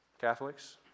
Catholics